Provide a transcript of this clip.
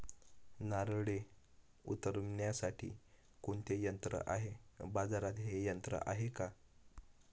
नारळे उतरविण्यासाठी कोणते यंत्र आहे? बाजारात हे यंत्र आहे का?